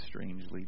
strangely